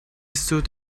stood